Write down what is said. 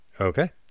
Okay